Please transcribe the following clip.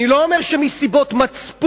אני לא אומר שמסיבות מצפון